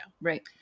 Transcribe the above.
Right